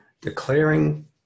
declaring